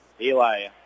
Eli